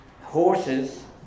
horses